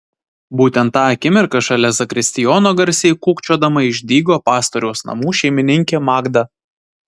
būtent tą akimirką šalia zakristijono garsiai kūkčiodama išdygo pastoriaus namų šeimininkė magda